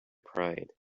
pride